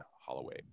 Holloway